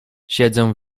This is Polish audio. siedzę